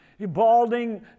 Balding